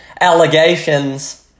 allegations